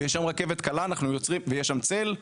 ויש שם רכבת קלה ויש שם צל,